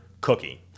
cookie